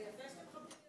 זה יפה שאתם מכבדים